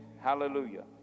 hallelujah